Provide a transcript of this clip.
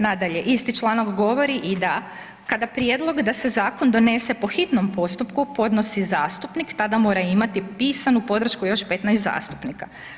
Nadalje, isti članak govori i da, kada prijedlog da se zakon donese po hitnom postupku, podnosi zastupnik, tada mora imati pisanu podršku još 15 zastupnika.